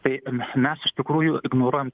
tai me mes iš tikrųjų ignoruojam